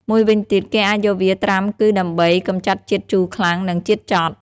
មួយវិញទៀតគេអាចយកវាត្រាំគឺដើម្បី កម្ចាត់ជាតិជូរខ្លាំង និងជាតិចត់។